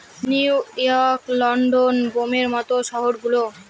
new York, London, বোম্বের মত শহর গুলো